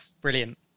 Brilliant